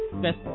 best